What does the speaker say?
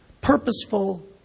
purposeful